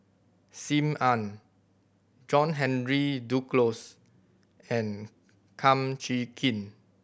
Sim Ann John Henry Duclos and Kum Chee Kin